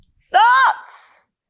Thoughts